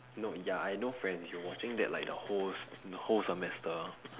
no ya I know friends you watching that like the whole s~ the whole semester